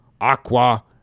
aqua